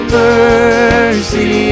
mercy